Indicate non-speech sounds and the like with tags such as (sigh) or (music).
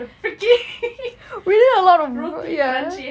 the freaking (laughs) roti perancis